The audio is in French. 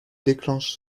déclenche